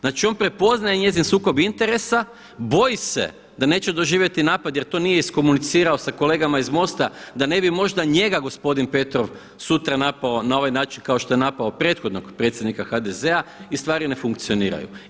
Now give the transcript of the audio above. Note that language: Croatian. Znači on prepoznaje njezin sukob interesa, boji se da neće doživjeti napad jer to nije iskomunicirao sa kolegama iz MOST-a da ne bi možda njega gospodin Petrov sutra napao na ovaj način kao što je napao prethodnog predsjednika HDZ-a i stvari ne funkcioniraju.